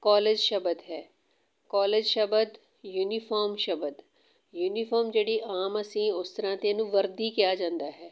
college ਸ਼ਬਦ ਹੈ college ਸ਼ਬਦ ਯੂਨੀਫੋਮ ਸ਼ਬਦ ਯੂਨੀਫੋਮ ਜਿਹੜੀ ਆਮ ਅਸੀਂ ਉਸ ਤਰ੍ਹਾਂ ਤਾਂ ਇਹਨੂੰ ਵਰਦੀ ਕਿਹਾ ਜਾਂਦਾ ਹੈ